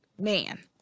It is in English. man